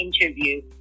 interview